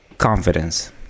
confidence